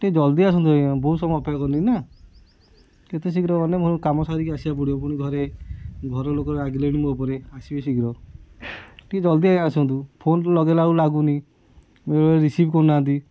ଟିକେ ଜଲ୍ଦି ଆସନ୍ତୁ ଆଜ୍ଞା ବହୁତ ସମୟ ଅପେକ୍ଷା କଲିଣି ନା ଯେତେ ଶୀଘ୍ର ଗଲେ ପୁଣି କାମ ସାରିକି ଆସିବାକୁ ପଡ଼ିବ ଘରେ ଘର ଲୋକ ରାଗିଲେଣି ମୋ ଉପରେ ଆସିବି ଶୀଘ୍ର ଟିକେ ଜଲ୍ଦି ଆସନ୍ତୁ ଫୋନ୍ ଲଗାଇଲା ବେଳକୁ ଲାଗୁନି ବେଳେବେଳେ ରିସିଭ୍ କରୁ ନାହାଁନ୍ତି